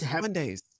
Mondays